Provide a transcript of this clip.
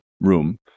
room